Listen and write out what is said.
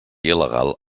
il·legal